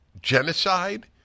Genocide